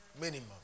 Minimum